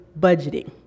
budgeting